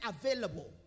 available